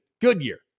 Goodyear